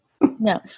No